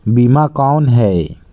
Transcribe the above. बीमा कौन है?